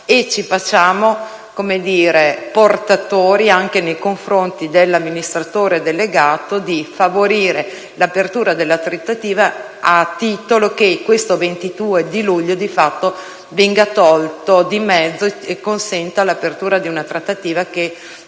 e ci facciamo portatori, anche nei confronti dell'amministratore delegato, affinché venga favorita l'apertura della trattativa a titolo che il 22 luglio di fatto venga tolto di mezzo e si consenta l'apertura di una trattativa che